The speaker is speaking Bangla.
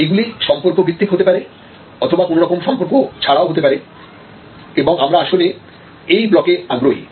এইগুলি সম্পর্ক ভিত্তিক হতে পারে অথবা কোনরকম সম্পর্ক ছড়াও হতে পারে এবং আমরা আসলে এই ব্লকে আগ্রহী